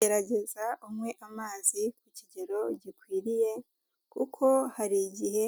Gerageza unywe amazi, ku kigero gikwiriye, kuko hari igihe